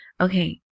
Okay